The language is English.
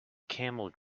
camel